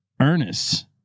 ernest